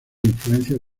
influencias